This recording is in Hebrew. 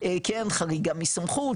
כן חריגה מסמכות,